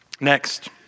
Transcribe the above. Next